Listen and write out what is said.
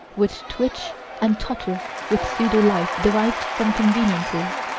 which twitch and totter with pseudo-life derived from conveniences.